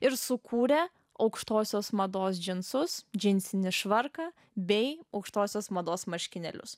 ir sukūrę aukštosios mados džinsus džinsinį švarką bei aukštosios mados marškinėlius